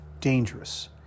dangerous